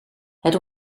het